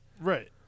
Right